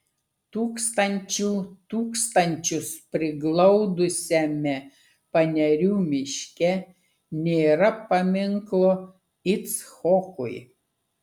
tūkstančių tūkstančius priglaudusiame panerių miške nėra paminklo icchokui